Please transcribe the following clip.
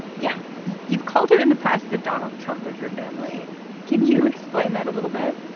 yeah. you've called her in the past, the donald trump of your family can you explain that a little bit?